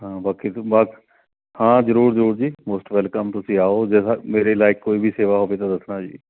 ਹਾਂ ਬਾਕੀ ਬਸ ਹਾਂ ਜ਼ਰੂਰ ਜ਼ਰੂਰ ਜੀ ਮੋਸਟ ਵੈਲਕਮ ਤੁਸੀਂ ਆਉ ਜੇਕਰ ਮੇਰੇ ਲਾਇਕ ਕੋਈ ਵੀ ਸੇਵਾ ਹੋਵੇ ਤਾਂ ਦੱਸਣਾ ਜੀ